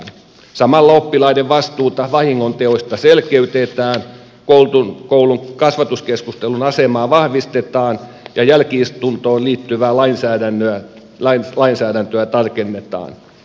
samalla oppilaiden vastuuta vahingonteoista selkeytetään koulun kasvatuskeskustelun asemaa vahvistetaan ja jälki istuntoon liittyvää lainsäädäntöä tarkennetaan